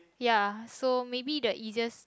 ya so maybe the easiest